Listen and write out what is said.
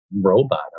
robot